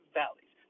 valleys